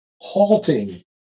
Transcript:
halting